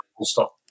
stop